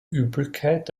übelkeit